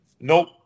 nope